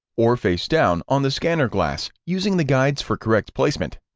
or face-down on the scanner glass, using the guides for correct placement.